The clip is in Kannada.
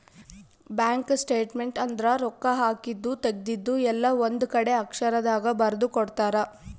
ಬ್ಯಾಂಕ್ ಸ್ಟೇಟ್ಮೆಂಟ್ ಅಂದ್ರ ರೊಕ್ಕ ಹಾಕಿದ್ದು ತೆಗ್ದಿದ್ದು ಎಲ್ಲ ಒಂದ್ ಕಡೆ ಅಕ್ಷರ ದಾಗ ಬರ್ದು ಕೊಡ್ತಾರ